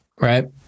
Right